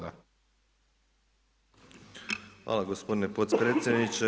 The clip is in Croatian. Hvala gospodine potpredsjedniče.